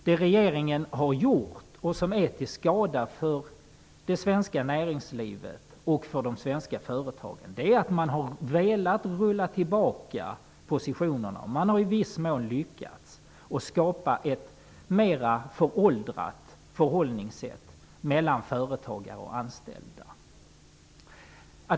Det som regeringen har gjort och som är till skada för det svenska näringslivet och de svenska företagen är att man har försökt rulla tillbaka positionerna, och man har i viss mån lyckats att skapa ett mer föråldrat förhållningssätt mellan företagare och anställda.